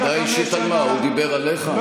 הודעה אישית על מה, הוא דיבר עליך?